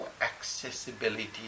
accessibility